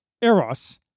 eros